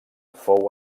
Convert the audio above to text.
fou